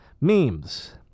memes